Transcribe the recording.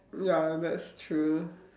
ya that's true